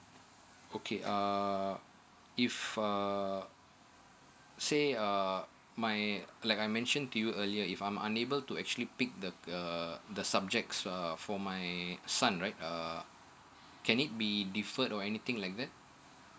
okay uh if uh say uh my like I mentioned to you earlier if I'm unable to actually pick the the uh the subjects err for my son right uh can it be deferred or anything like that